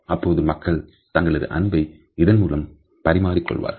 அப்போது மக்கள் தங்களது அன்பை இதன் மூலம் பரிமாறிக் கொள்வார்கள்